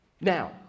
Now